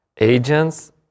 agents